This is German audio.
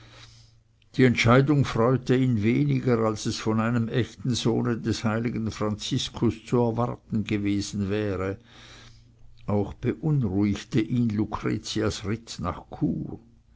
die entscheidung erfreute ihn weniger als es von einem echten sohne des heiligen franziskus zu erwarten gewesen wäre auch beunruhigte ihn lucretias ritt nach chur